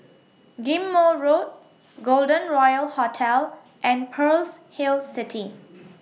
Ghim Moh Road Golden Royal Hotel and Pearl's Hill City